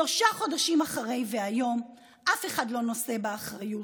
שלושה חודשים אחרי, והיום אף אחד לא נושא באחריות,